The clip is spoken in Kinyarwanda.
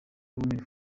women